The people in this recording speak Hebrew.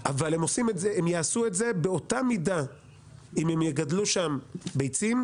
אבל הם יעשו את זה באותה מידה אם הם יגדלו שם ביצים,